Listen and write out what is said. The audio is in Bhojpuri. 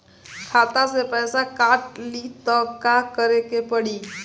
खाता से पैसा काट ली त का करे के पड़ी?